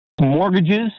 Mortgages